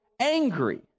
angry